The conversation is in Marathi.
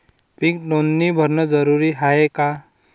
पीक नोंदनी भरनं जरूरी हाये का?